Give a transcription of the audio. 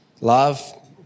love